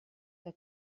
que